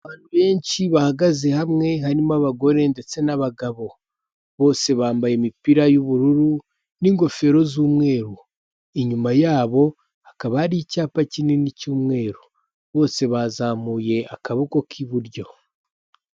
Abantu benshi bahagaze hamwe harimo abagore ndetse n'abagabo, bose bambaye imipira y'ubururu n'ingofero z'umweru, inyuma yabo hakaba hari icyapa kinini cy'umweru, bose bazamuye akaboko k'iburyo.